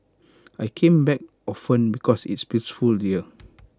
I came back often because it's peaceful here